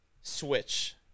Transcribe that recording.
switch